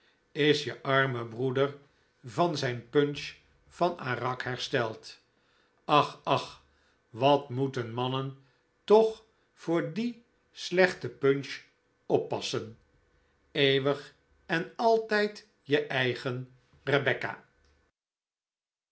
is je arme broeder van zijn punch van arak hersteld ach ach wat moeten mannen toch voor die slechte punch oppassen eeuwig en altijd je eigen rebecca